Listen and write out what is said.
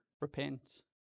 repent